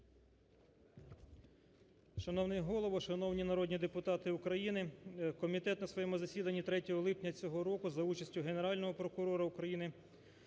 Шановний Голово, шановні народні депутати України, комітет на своєму засіданні 3 липня цього року за участю Генерального прокурора України